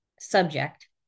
subject